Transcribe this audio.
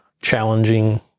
challenging